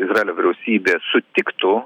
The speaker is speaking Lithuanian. izraelio vyriausybė sutiktų